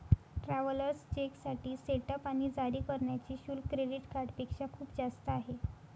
travellers चेकसाठी setup आणि जारी करण्याचे शुल्क क्रेडिट कार्डपेक्षा खूप जास्त आहे